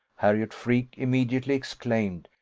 harriot freke immediately exclaimed,